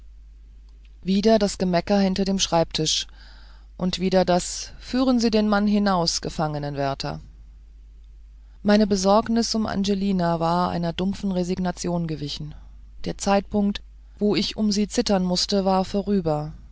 wieder das gemecker hinter dem schreibtisch und wieder das führen sie den mann hinaus gefangenwärter meine besorgnis um angelina war einer dumpfen resignation gewichen der zeitpunkt wo ich um sie zittern mußte war vorüber